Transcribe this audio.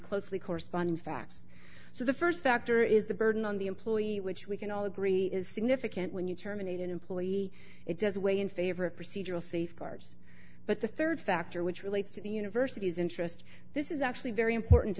closely corresponding facts so the st factor is the burden on the employee which we can all agree is significant when you terminate an employee it does weigh in favor of procedural safeguards but the rd factor which relates to the university's interest this is actually very important